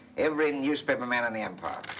every newspaperman in the empire.